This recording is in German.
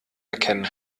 erkennen